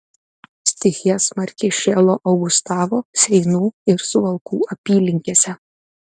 stichija smarkiai šėlo augustavo seinų ir suvalkų apylinkėse